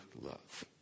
love